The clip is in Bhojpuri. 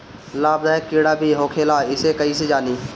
लाभदायक कीड़ा भी होखेला इसे कईसे जानी?